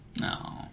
no